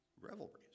Revelries